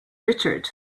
richard